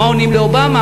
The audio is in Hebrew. מה עונים לאובמה.